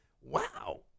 wow